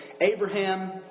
Abraham